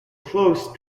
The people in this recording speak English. closed